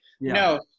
no